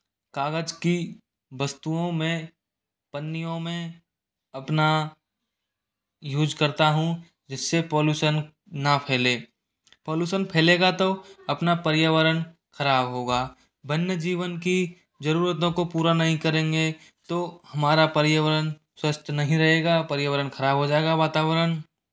कागज़ की वस्तुओं में पन्नियों में अपना यूज करता हूँ जिस से पोल्यूसन ना फैले पोल्यूसन फैलेगा तो अपना पर्यावरण ख़राब होगा वन्यजीवन की ज़रूरतों को पूरा नहीं करेंगे तो हमारा पर्यावरण स्वस्थ नहीं रहेगा पर्यावरण ख़राब हो जाएगा वातावरण